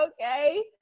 Okay